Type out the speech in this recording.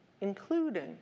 including